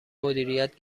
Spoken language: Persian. مدیریت